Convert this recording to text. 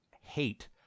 hate